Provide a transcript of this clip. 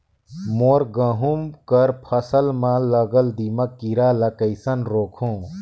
मोर गहूं कर फसल म लगल दीमक कीरा ला कइसन रोकहू?